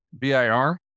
BIR